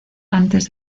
antes